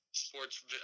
sports